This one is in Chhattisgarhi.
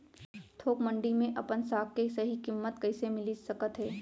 थोक मंडी में अपन साग के सही किम्मत कइसे मिलिस सकत हे?